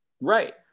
Right